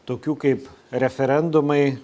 tokių kaip referendumai